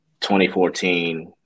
2014